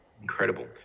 Incredible